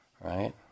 right